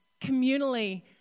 communally